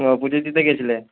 ও পুজো দিতে গেছিলে